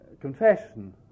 confession